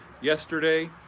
yesterday